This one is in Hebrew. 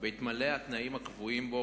בהתמלא התנאים הקבועים בו,